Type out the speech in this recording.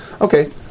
Okay